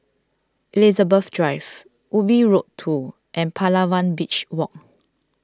Elizabeth Drive Ubi Road two and Palawan Beach Walk